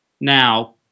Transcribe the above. Now